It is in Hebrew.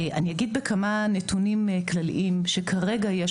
אני אגיד בכמה נתונים כלליים שכרגע יש